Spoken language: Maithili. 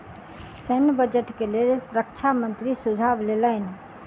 सैन्य बजट के लेल रक्षा मंत्री सुझाव लेलैन